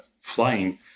flying